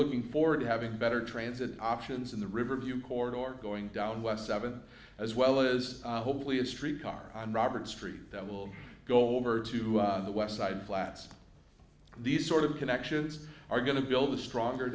looking forward to having better transit options in the riverview cord or going down west seven as well as hopefully a street car and robert's tree that will go over to the west side flats these sort of connections are going to build a stronger